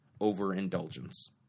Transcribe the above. overindulgence